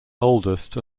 oldest